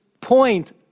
point